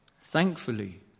Thankfully